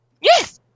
Yes